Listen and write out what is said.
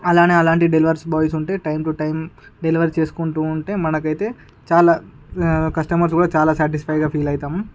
అలానే అలాంటి delivery boys ఉంటే టైమ్ టు టైమ్ డెలివరీ చేసుకుంటూ ఉంటూ మనకైతే చాలా కష్టమర్స్ కూడా చాలా సాటిస్ఫాక్షన్ గా ఫీల్ అవుతాం